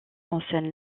enseigne